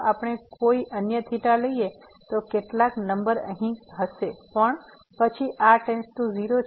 જો આપણે કોઈ અન્ય થીટા લઈએ તો કેટલાક નંબર અહીં હશે અને પછી r → 0